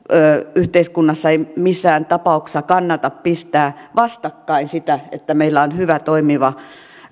yhteiskunnassa ei missään tapauksessa kannata pistää vastakkain sitä että meillä on hyvä toimiva